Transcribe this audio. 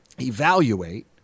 evaluate